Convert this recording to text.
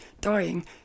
dying